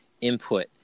input